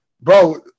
bro